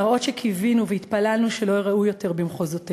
מראות שקיווינו והתפללנו שלא ייראו יותר במחוזותינו,